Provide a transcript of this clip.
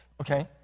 okay